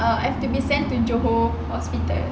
uh I have to be sent to johor hospital